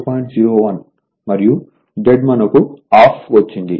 01 మరియు Z మనకు ½ వచ్చింది